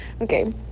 Okay